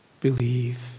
believe